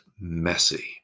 messy